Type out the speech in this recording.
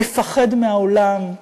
מפחד מהעולם,